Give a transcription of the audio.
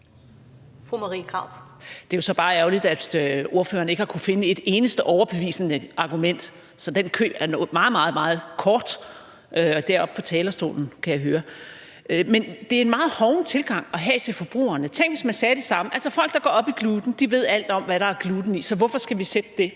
Det er jo så bare ærgerligt, at ordføreren ikke har kunnet finde et eneste overbevisende argument, så den kø er meget, meget kort, og det er oppe på talerstolen, kan jeg høre. Men det er en megen hoven tilgang at have til forbrugerne. Altså tænk, om man sagde det samme til folk, der går op i gluten. De ved alt om, hvad der er gluten i, så hvorfor skal vi sætte et